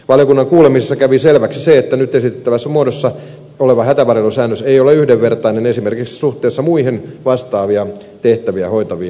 valiokunnan kuulemisessa kävi selväksi se että nyt esitettävässä muodossa oleva hätävarjelusäännös ei ole yhdenvertainen esimerkiksi suhteessa muihin vastaavia tehtäviä hoitaviin viranomaisiin